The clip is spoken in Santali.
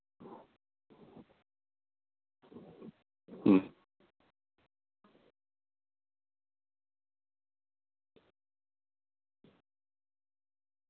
ᱦᱩᱸ